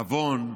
לבון,